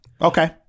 Okay